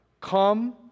Come